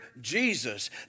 Jesus